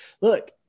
Look